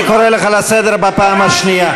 אני קורא אותך לסדר בפעם השנייה.